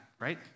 Right